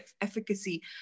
efficacy